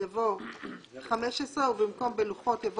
יבוא "15", ובמקום "בלוחות" יבוא